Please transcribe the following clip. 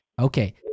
Okay